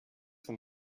vom